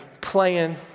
playing